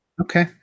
Okay